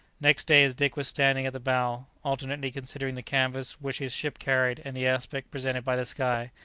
next day as dick was standing at the bow, alternately considering the canvas which his ship carried and the aspect presented by the sky,